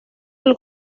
del